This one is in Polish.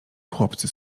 chłopcy